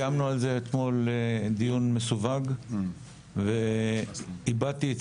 קיימנו על זה אתמול דיון מסווג והבעתי את